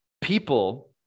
people